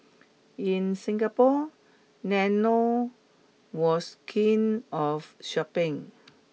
in Singapore Lennon was keen of shopping